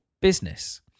business